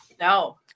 No